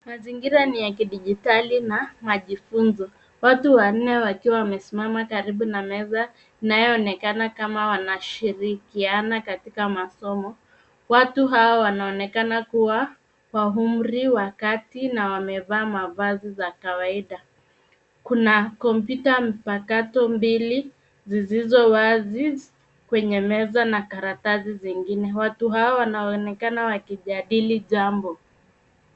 Mazingira ni ya kidijitali na majifunzo. Watu wanne wakiwa wamesimama karibu na meza inayoonekana kama wanashirikiana katika masomo. Watu hao wanaonekana kuwa wa umri wa kati na wamevaa mavazi za kawaida. Kuna kompyuta mpakato mbili zilizo wazi kwenye meza na karatasi zingine. Watu hao wanaonekana wakijadili jambo.